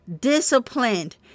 disciplined